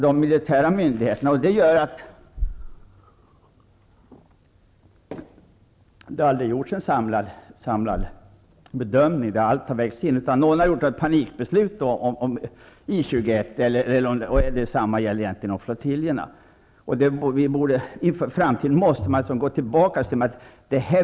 Därför har det aldrig gjorts en samlad bedömning där allt har vägts in, utan någon har sett till att vi fått ett panikbeslut om I 21. Detsamma gäller egentligen flottiljerna. Inför framtiden måste man gå tillbaka och se på vad som hänt.